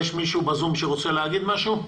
יש מישהו ב-זום שרוצה לומר משהו?